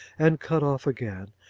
and cut off again,